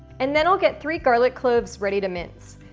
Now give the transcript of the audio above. and then i'll get three garlic cloves ready to mince.